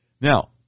Now